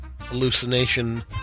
hallucination